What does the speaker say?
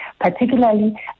particularly